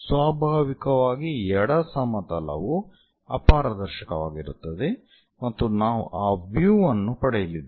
ಸ್ವಾಭಾವಿಕವಾಗಿ ಎಡ ಸಮತಲವು ಅಪಾರದರ್ಶಕವಾಗಿರುತ್ತದೆ ಮತ್ತು ನಾವು ಆ ವ್ಯೂ ಅನ್ನು ಪಡೆಯಲಿದ್ದೇವೆ